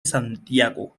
santiago